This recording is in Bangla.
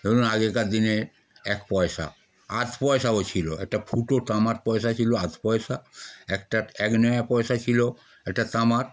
ধরুন আগেকার দিনের এক পয়সা আধ পয়সাও ছিল একটা ফুটো তামার পয়সা ছিল আধ পয়সা একটা এক নয়া পয়সা ছিল একটা তামার